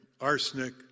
arsenic